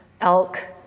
elk